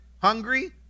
Hungary